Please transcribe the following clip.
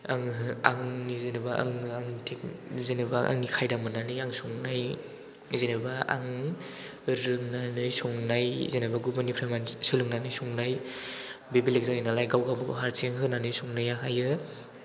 आङो आंनि जेनेबा आङो आंनि टाइप जेनेबा आंनि खायदा मोन्नानै आं संनाय जेनेबा आं रोंनानै संनाय जेनेबा गुबुननिफ्राय बांसिन सोलोंनानै संनाय बे बेलेक जायो नालाय गाव गावबागाव हारसिं होनानै संनायाहायो